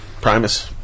Primus